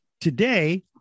Today